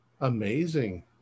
Amazing